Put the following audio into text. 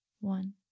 one